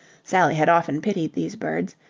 sally had often pitied these birds,